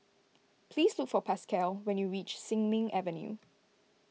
please look for Pasquale when you reach Sin Ming Avenue